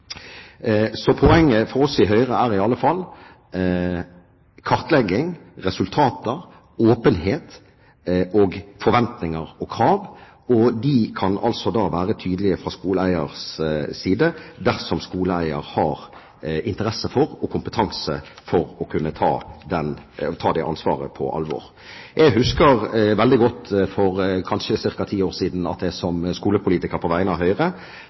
Poenget for oss i Høyre er i alle fall kartlegging, resultater, åpenhet, forventninger og krav. Dette kan være tydelig fra skoleeierens side, dersom skoleeieren har interesse for og kompetanse til å kunne ta det ansvaret på alvor. Jeg husker veldig godt at jeg for ca. ti år siden som skolepolitiker på vegne av Høyre